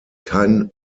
kein